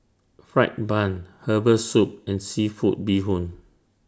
Fried Bun Herbal Soup and Seafood Bee Hoon